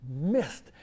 missed